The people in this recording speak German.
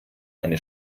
eine